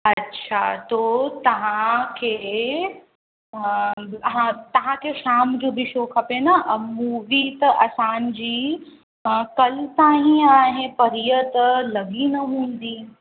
अच्छा तो तव्हांखे हूअ हा तव्हांखे शाम जो बि शो खपे न मूवी त असांजी कल्ह ताईं आहे परीहं त लॻी न हूंदी